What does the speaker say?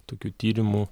tokių tyrimų